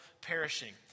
perishing